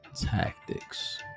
tactics